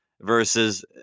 versus